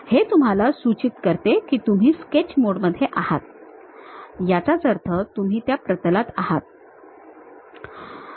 हे तुम्हाला सूचित करते की तुम्ही स्केच मोड मध्ये आहात याचा अर्थ तुम्ही त्या प्रतलात आहात